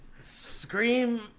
Scream